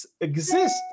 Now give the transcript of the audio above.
exist